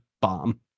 bomb